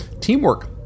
teamwork